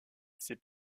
ses